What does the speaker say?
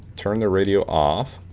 turn the radio off,